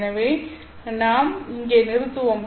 எனவே நாம் இங்கே நிறுத்துவோம்